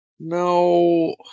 No